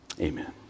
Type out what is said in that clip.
amen